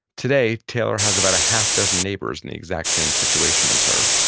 today taylor has about a half dozen neighbors and the exact same situation as her.